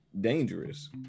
dangerous